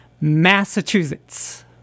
Massachusetts